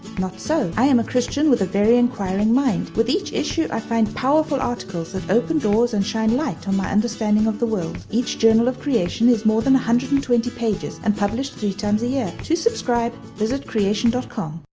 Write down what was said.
not so. i am a christian with a very enquiring mind. with each issue i find powerful articles that open doors and shine light on my understanding of the world. each journal of creation is more than one hundred and twenty pages and published three times a year. to subscribe, visit creation com.